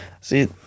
see